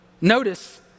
notice